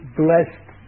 blessed